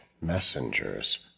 messengers